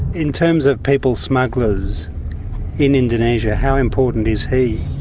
in terms of people smugglers in indonesia, how important is he?